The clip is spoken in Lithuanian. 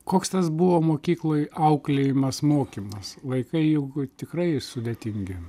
koks tas buvo mokykloj auklėjimas mokymas vaikai juk tikrai sudėtingi